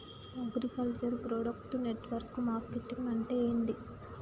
Agriculture product network marketing అంటే ఏంది?